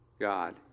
God